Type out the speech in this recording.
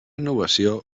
innovació